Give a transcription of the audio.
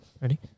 ready